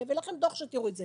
אני אביא לכם דוח שתיראו את זה,